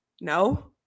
no